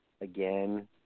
again